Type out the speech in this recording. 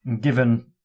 Given